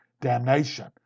damnation